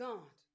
God